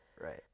right